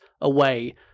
away